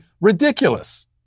ridiculous